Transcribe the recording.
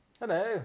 Hello